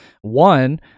One